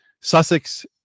Sussex